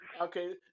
Okay